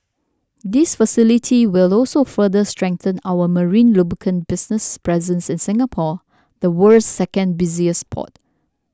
this facility will also further strengthen our marine lubricant business's presence in Singapore the world's second busiest port